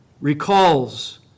recalls